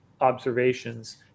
observations